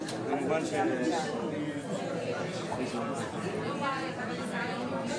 היום יום שני, י' באייר התשפ"ג 1 במאי 2023,